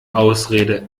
ausrede